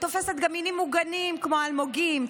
היא תופסת גם מינים מוגנים כמו אלמוגים,